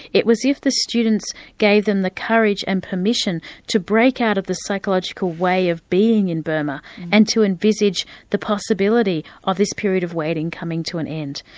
it was as if the students gave them the courage and permission to break out of the psychological way of being in burma and to envisage the possibility of this period of waiting coming to an end.